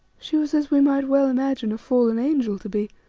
she was as we might well imagine a fallen angel to be,